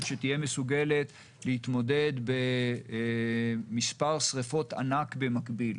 שתהיה מסוגלת להתמודד עם מספר שריפות ענק במקביל.